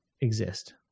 exist